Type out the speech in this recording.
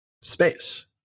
space